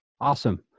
Awesome